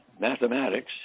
mathematics